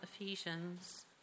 Ephesians